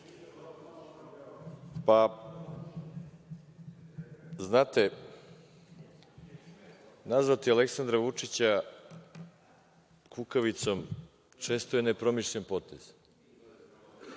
Znate, nazvati Aleksandra Vučića kukavicom često je nepromišljen potez.